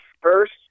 first